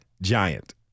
Giant